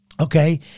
okay